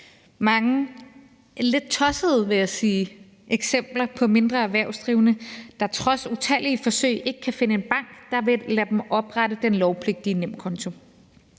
mange lidt tossede, vil jeg sige, eksempler på mindre erhvervsdrivende, der trods utallige forsøg ikke kan finde en bank, der vil lade dem oprette den lovpligtige nemkonto.